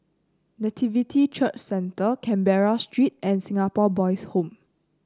Nativity Church Centre Canberra Street and Singapore Boys' Home